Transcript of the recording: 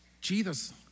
Jesus